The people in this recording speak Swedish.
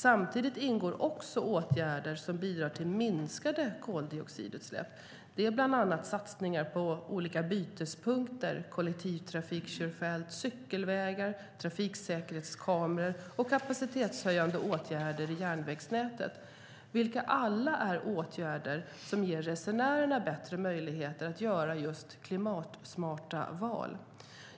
Samtidigt ingår också åtgärder som bidrar till minskade koldioxidutsläpp. Det är bland annat satsningar på olika bytespunkter, kollektivtrafikkörfält, cykelvägar, trafiksäkerhetskameror och kapacitetshöjande åtgärder i järnvägsnätet, vilka alla är åtgärder som ger resenärerna bättre möjligheter att göra just klimatsmarta val.